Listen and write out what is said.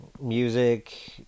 music